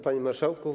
Panie Marszałku!